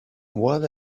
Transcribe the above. what